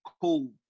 Cool